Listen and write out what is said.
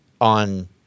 on